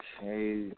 Okay